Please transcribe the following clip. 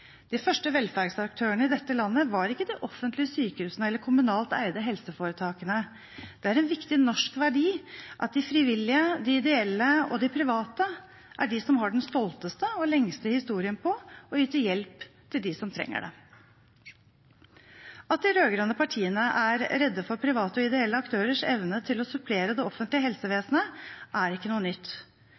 De første velferdsaktørene i dette landet var ikke de offentlige sykehusene eller de kommunalt eide helseforetakene. Det er en viktig norsk verdi at de frivillige, de ideelle og de private er de som har den stolteste og lengste historien når det er snakk om å yte hjelp til dem som trenger det. At de rød-grønne partiene er redde for private og ideelle aktørers evne til å supplere det offentlige helsevesenet, er ikke noe nytt.